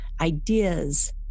ideas